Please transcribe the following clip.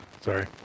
Sorry